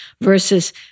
versus